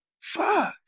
Fuck